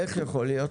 איך יכול להיות?